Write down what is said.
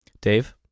Dave